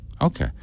Okay